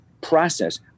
process